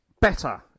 better